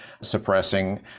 suppressing